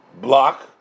block